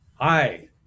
Hi